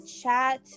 chat